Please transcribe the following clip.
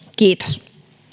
kiitos